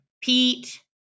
Pete